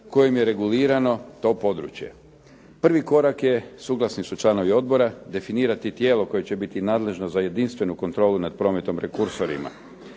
kojim je regulirano to područje. Prvi korak je, suglasni su članovi odbora, definirati tijelo koje će biti nadležno za jedinstvenu kontrolu nad prometom prekursorima.